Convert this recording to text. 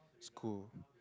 school